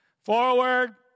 Forward